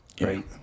right